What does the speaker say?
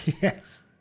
Yes